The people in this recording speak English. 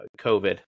COVID